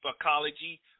ecology